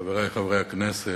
חברי חברי הכנסת,